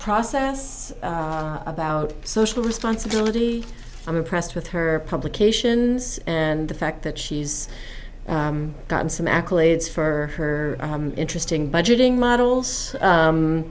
process about social responsibility i'm impressed with her publications and the fact that she's gotten some accolades for her interesting budgeting models